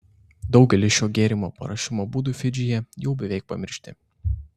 daugelis šio gėrimo paruošimo būdų fidžyje jau beveik pamiršti